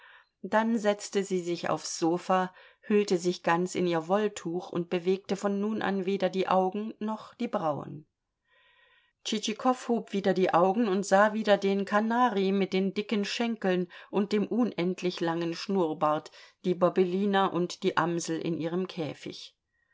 dann setzte sie sich aufs sofa hüllte sich ganz in ihr wolltuch und bewegte von nun an weder die augen noch die brauen tschitschikow hob wieder die augen und sah wieder den kanari mit den dicken schenkeln und dem unendlich langen schnurrbart die bobelina und die amsel in ihrem käfig